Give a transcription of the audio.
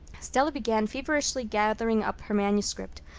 stella began feverishly gathering up her manuscript.